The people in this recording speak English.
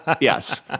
Yes